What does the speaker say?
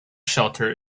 shelter